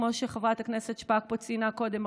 כמו שחברת הכנסת שפק ציינה פה קודם,